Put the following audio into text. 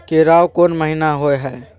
केराव कोन महीना होय हय?